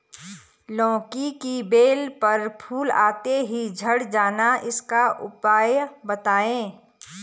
लौकी की बेल पर फूल आते ही झड़ जाना इसका उपाय बताएं?